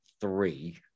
three